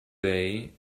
day